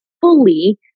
fully